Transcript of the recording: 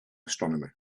astronomy